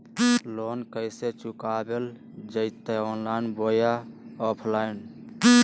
Loan कैसे चुकाबल जयते ऑनलाइन बोया ऑफलाइन?